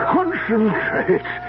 Concentrate